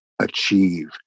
achieve